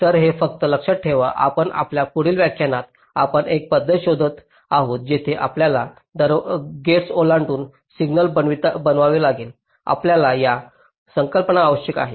तर हे फक्त लक्षात ठेवा परंतु आपल्या पुढील व्याख्यानात आपण एक पद्धत शोधत आहोत जिथे आपल्याला दरवाजे ओलांडून सिग्नल बनवावे लागेल आपल्याला या संकल्पना आवश्यक आहेत